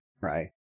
right